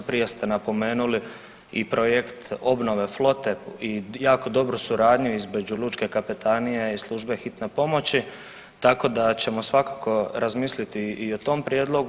Prije ste napomenuli i projekt obnove flote i jako dobru suradnju između lučke kapetanije i službe hitne pomoći, tako da ćemo svakako razmisliti i o tom prijedlogu.